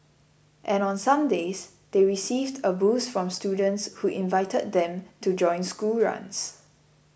and on some days they received a boost from students who invited them to join school runs